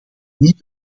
niet